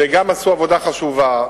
שגם עשו עבודה חשובה,